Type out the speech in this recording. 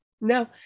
No